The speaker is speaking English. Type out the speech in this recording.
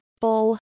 full